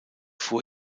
fuhr